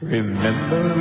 Remember